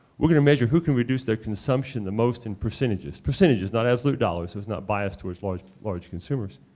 we're going to measure who can reduce their consumption the most in percentages, percentages, not absolute dollars, it's not bias towards large large consumers.